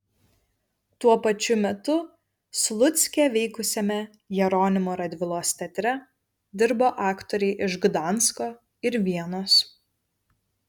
tuo pačiu metu slucke veikusiame jeronimo radvilos teatre dirbo aktoriai iš gdansko ir vienos